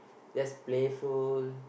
just playful